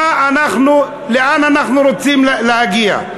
לאן אנחנו רוצים להגיע?